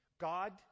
God